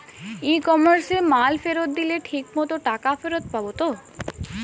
ই কমার্সে মাল ফেরত দিলে ঠিক মতো টাকা ফেরত পাব তো?